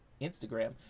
Instagram